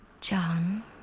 John